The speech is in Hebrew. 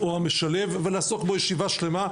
ולעשות בו ישיבה שלמה,